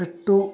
పెట్టు